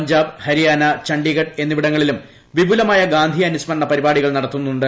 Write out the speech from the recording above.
പഞ്ചാബ് ഹരിയാന ചണ്ഡീഗഡ് എന്നിവിടങ്ങളിലും വിപുലമായ ഗാന്ധി അനുസ്മരണ പരിപാടികൾ നടത്തുന്നുണ്ട്